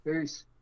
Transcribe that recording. Peace